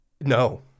No